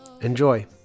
Enjoy